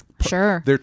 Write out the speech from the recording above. Sure